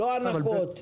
לא הנחות.